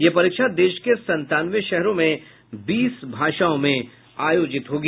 यह परीक्षा देश के सत्तानवे शहरों में बीस भाषाओं में होगी